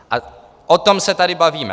A o tom se tady bavíme.